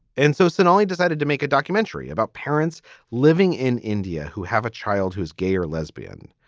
and so sonali decided to make a documentary about parents living in india who have a child who is gay or lesbian,